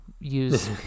use